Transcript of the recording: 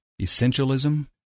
essentialism